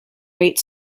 weight